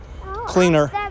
cleaner